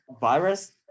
virus